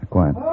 Quiet